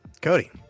Cody